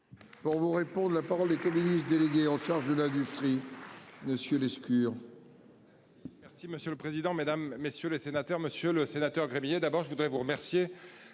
Pour vous répondent la parole économiste délégué en charge de l'industrie. Monsieur Lescure.